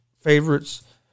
favorites